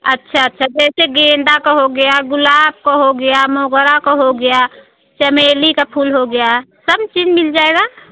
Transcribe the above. अच्छा अच्छा जैसे गेंदा का हो गया गुलाब का हो गया मोगरा का हो गया चमेली का फूल हो गया सब चीज़ मिल जाएगा